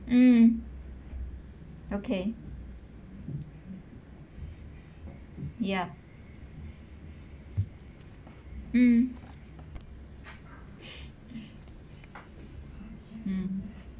mm okay ya mm mm